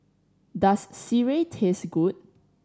does sireh taste good